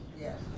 Yes